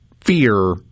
fear